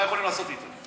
מה יכולים לעשות אתה?